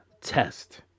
test